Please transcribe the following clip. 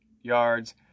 yards